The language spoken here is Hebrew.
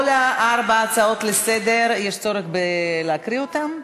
כל ארבע ההצעות לסדר-היום, יש צורך להקריא אותן?